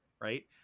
right